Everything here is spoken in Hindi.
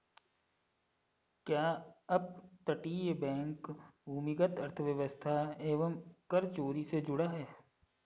क्या अपतटीय बैंक भूमिगत अर्थव्यवस्था एवं कर चोरी से जुड़ा है?